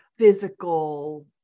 Physical